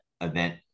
event